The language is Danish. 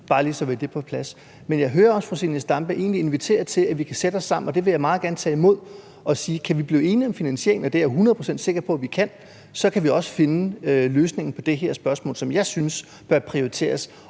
bare lige så vi har det på plads. Men jeg hører også, at fru Zenia Stampe egentlig inviterer til, at vi kan sætte os sammen – og det vil jeg meget gerne tage imod – og se på, om vi kan blive enige om finansieringen. Det er jeg hundrede procent sikker på vi kan. Så kan vi også finde løsningen på det her spørgsmål, som jeg synes bør prioriteres,